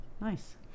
nice